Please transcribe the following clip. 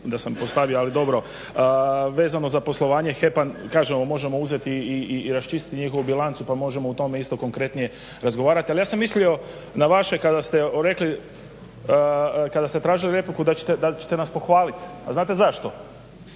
da sam postavio ali dobro. Vezano za poslovanje HEP-a kažemo možemo uzeti i raščistiti njihovu bilancu pa možemo u tome isto konkretnije razgovarati. Ali ja sam mislio na vaše kada ste tražili repliku da ćete nas pohvaliti. A znate zašto?